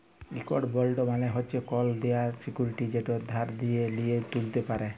ইকট বল্ড মালে হছে কল দেলার সিক্যুরিটি যেট যে ধার লিছে উ তুলতে পারে